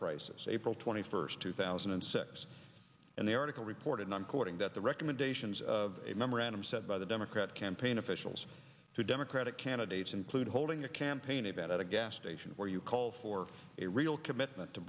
prices april twenty first two thousand and six and the article reported i'm quoting that the recommendations of a memorandum sent by the democrat campaign officials to democratic candidates include holding a campaign event at a gas station where you call for a real commitment to